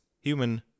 human